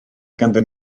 ganddyn